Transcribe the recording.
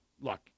look